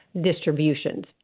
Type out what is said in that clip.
distributions